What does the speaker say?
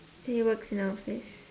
he works in a office